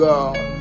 God